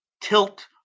tilt